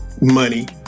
money